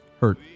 hurt